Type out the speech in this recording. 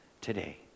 today